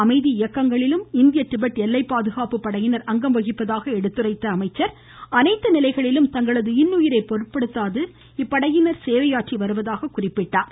அமைதி இயக்கங்களிலும் இந்திய திபெத் எல்லை பாதுகாப்பு படையினர் அங்கம் வகிப்பதாக எடுத்துரைத்த அவர் அனைத்து நிலைகளிலும் தங்களது இன்னுயிரை பொருட்படுத்தாது சேவையாற்றி வருவதாக குறிப்பிட்டார்